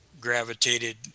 gravitated